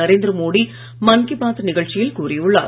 நரேந்திரமோடி மன் கீ பாத் நிகழ்ச்சியில் கூறியுள்ளார்